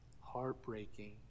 heartbreaking